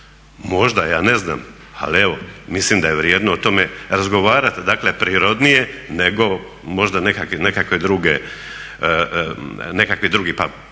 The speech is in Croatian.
Možda, ja ne znam. Ali evo mislim da je vrijedno o tome razgovarati, dakle prirodnije nego možda nekakvi drugi paketi